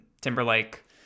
Timberlake